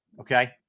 Okay